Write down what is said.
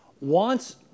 wants